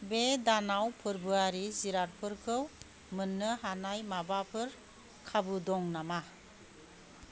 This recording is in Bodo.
बे दानाव फोर्बोआरि जिरादफोरखौ मोन्नो हानाय माबाफोर खाबु दं नामा